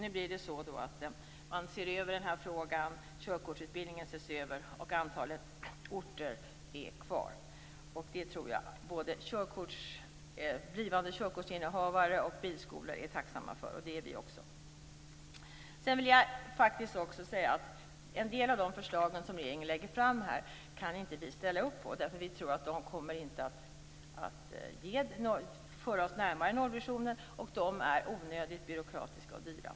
Nu blir det så att man ser över körkortsutbildningen, och antalet orter är kvar. Det tror jag att både blivande körkortsinnehavare och bilskolor är tacksamma för. Det är vi också. Jag vill faktiskt också säga att vi inte kan ställa upp på en del av de förslag som regeringen lägger fram. Vi tror att de inte kommer att föra oss närmare nollvisionen, och de är onödigt byråkratiska och dyra.